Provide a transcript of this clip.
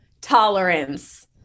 tolerance